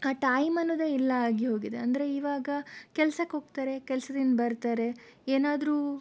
ಆ ಟೈಮ್ ಅನ್ನೋದೆ ಇಲ್ಲ ಆಗಿ ಹೋಗಿದೆ ಅಂದರೆ ಇವಾಗ ಕೆಲಸಕ್ಕೆ ಹೋಗ್ತಾರೆ ಕೆಲಸದಿಂದ ಬರ್ತಾರೆ ಏನಾದರೂ